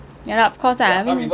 ya lah of course lah I mean